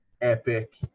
epic